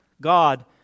God